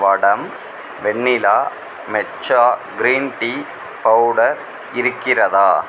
வடம் vanilla matcha green tea powder இருக்கிறதா